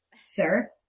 sir